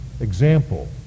example